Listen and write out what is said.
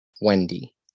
Wendy